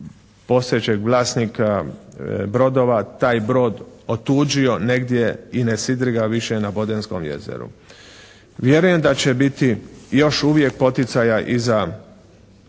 postojećeg vlasnika brodova taj brod otuđio negdje i ne sidri ga više na Bodenskom jezeru. Vjerujem da će biti još uvijek poticaja i za